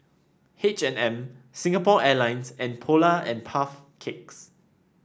H and M Singapore Airlines and Polar and Puff Cakes